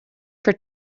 for